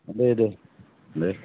दे दे दे